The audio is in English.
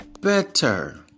better